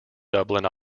dublin